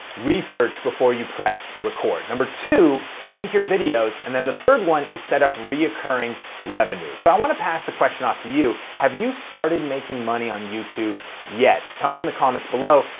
research before you press record, number two, rank your videos, and then the third one is set up reoccurring revenue. so i wanna pass the question off to you, have you started making money on youtube yet? tell me in the comments below,